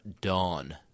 dawn